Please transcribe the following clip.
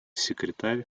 секретарь